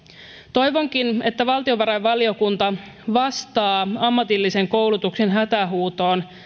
toivonkin että valtiovarainvaliokunta vastaa ammatillisen koulutuksen hätähuutoon